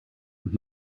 und